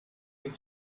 ein